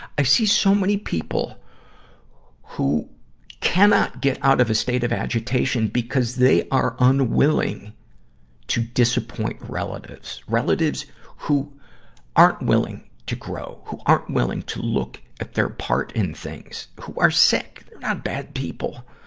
i see so many people who cannot get out of a state of agitation because they are unwilling to disappoint relatives. relatives who aren't willing to grow, who aren't willing to look at their part in things. who are sick. they're not bad people.